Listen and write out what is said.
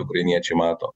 ukrainiečiai mato